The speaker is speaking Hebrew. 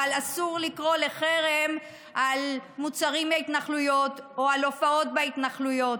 אבל אסור לקרוא לחרם על מוצרים מהתנחלויות או על הופעות בהתנחלויות.